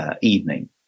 evening